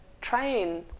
train